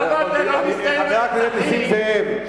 אני מזדהה עם הנרצחים,